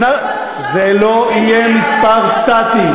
3,300, זה לא יהיה מספר סטטי.